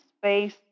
space